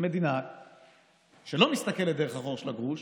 מדינה שלא מסתכלת דרך החור של הגרוש